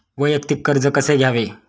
वैयक्तिक कर्ज कसे घ्यावे?